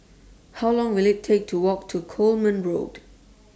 How Long Will IT Take to Walk to Coleman Road